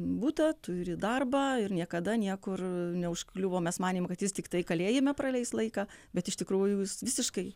butą turi darbą ir niekada niekur neužkliuvo mes manėm kad jis tiktai kalėjime praleis laiką bet iš tikrųjų jis visiškai